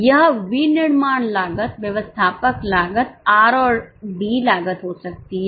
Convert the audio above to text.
यह विनिर्माण लागत व्यवस्थापक लागत आर और डी लागत हो सकती है